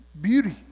beauty